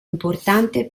importante